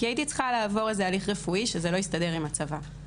כי הייתי צריכה לעבור איזה הליך רפואי שזה לא הסתדר עם הצבא.